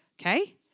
Okay